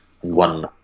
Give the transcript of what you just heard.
one